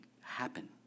happen